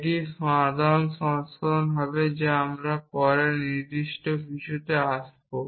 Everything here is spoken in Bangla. এটি সাধারণ সংস্করণ হবে যা আমরা পরে নির্দিষ্ট কিছুতে আসব